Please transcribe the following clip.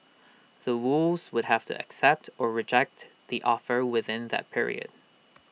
The Woos would have to accept or reject the offer within that period